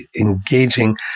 engaging